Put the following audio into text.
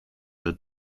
are